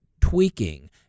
tweaking